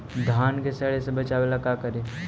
धान के सड़े से बचाबे ला का करि?